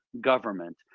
government